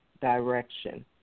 direction